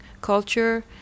culture